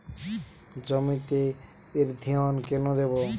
জমিতে ইরথিয়ন কেন দেবো?